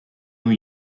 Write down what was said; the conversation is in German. new